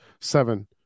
seven